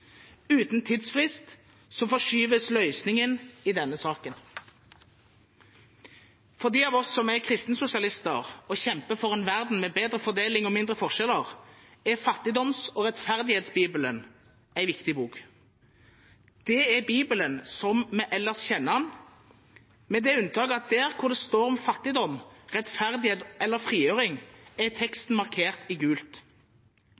Uten tidsfrist forskyves løsningen i denne saken. For de av oss som er kristensosialister og kjemper for en verden med bedre fordeling og mindre forskjeller, er Fattigdoms- og rettferdighetsbibelen en viktig bok. Det er Bibelen som vi ellers kjenner den, med det unntak at der hvor det står om fattigdom, rettferdighet eller frigjøring, er